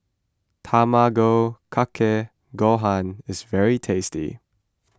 Tamago Kake Gohan is very tasty